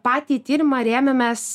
patį tyrimą rėmėmės